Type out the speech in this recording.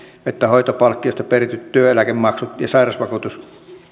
että hoitopalkkiosta perityt työeläkemaksu ja sairausvakuutuksen